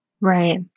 Right